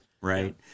Right